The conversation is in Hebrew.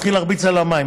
הוא מתחיל להרביץ על המים,